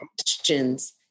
questions